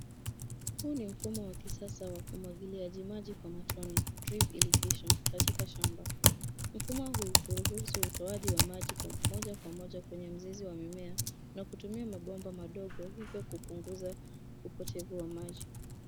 Huu ni mfumo wa kisasa wa umwagiliaji maji kwa matone [drip irrigation] katika shamba, mfumo huu huruhusu utowaji wa maji kwa moja kwa moja kwenye mzizi wa mimea na kutumia mabomba madogo hio kupunguza upotevu wa maji.